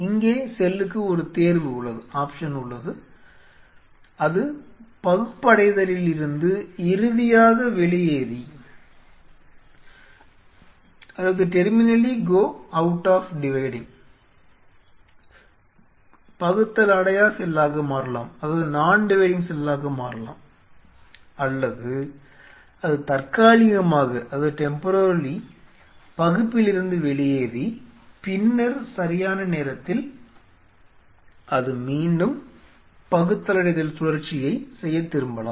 இங்கே செல்லுக்கு ஒரு தேர்வு உள்ளது அது பகுப்படைதலிலிருந்து இறுதியாக வெளியேறி பகுத்தலடையா செல்லாக மாறலாம் அல்லது அது தற்காலிகமாக பகுப்பிலிருந்து வெளியேறி பின்னர் சரியான நேரத்தில் அது மீண்டும் பகுத்தலடைதல் சுழற்சியைச் செய்யத் திரும்பலாம்